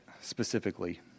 specifically